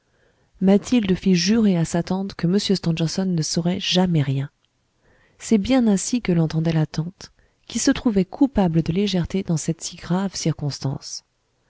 mathilde fit jurer à sa tante que m stangerson ne saurait jamais rien c'est bien ainsi que l'entendait la tante qui se trouvait coupable de légèreté dans cette si grave circonstance